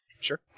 Sure